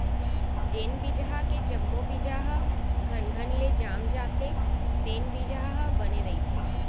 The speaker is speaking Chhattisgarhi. जेन बिजहा के जम्मो बीजा ह घनघन ले जाम जाथे तेन बिजहा ह बने रहिथे